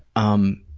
um,